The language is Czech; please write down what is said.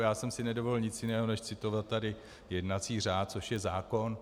Já jsem si nedovolil nic jiného než citovat tady jednací řád, což je zákon.